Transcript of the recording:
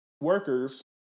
workers